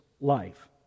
life